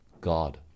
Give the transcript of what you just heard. God